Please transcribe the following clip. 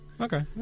Okay